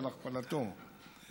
על הפעלתו.